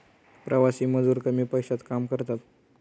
प्रवासी मजूर कमी पैशात काम करतात